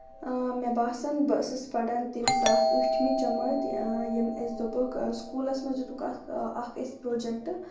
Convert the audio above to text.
مےٚ باسان بہٕ ٲسٕس پَران تَمہِ ساتہٕ ٲٹھمہِ جمٲت یم اَسہِ دوٚپُکھ سکوٗلس منٛز دِتُکھ اکھ اکھ اَسہِ پروجیکٹ